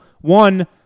One